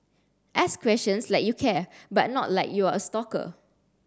ask questions like you care but not like you're a stalker